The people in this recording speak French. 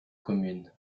commune